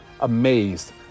amazed